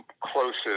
closest